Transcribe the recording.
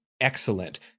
excellent